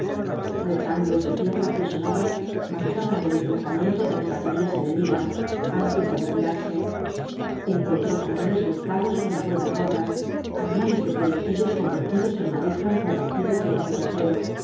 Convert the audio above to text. rectángulos de tierra apisonada marcaban el emplazamiento de las baterías enemigas antes de retirarse encontró cañones volcados con las ruedas rotas armones de proyectiles convertidos en madejas retorcidas de barras de acero